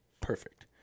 perfect